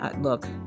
look